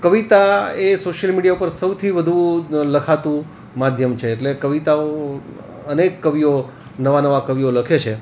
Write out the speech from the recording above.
કવિતા એ social media ઉપર સૌથી વધુ લખાતું માધ્યમ છે એટલે કવિતાઓ અનેક કવિઓ નવા નવા કવિઓ લખે છે